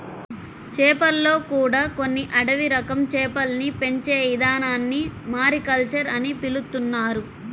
చేపల్లో కూడా కొన్ని అడవి రకం చేపల్ని పెంచే ఇదానాన్ని మారికల్చర్ అని పిలుత్తున్నారు